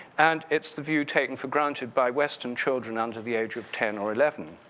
and it's the view taken for granted by western children under the age of ten or eleven.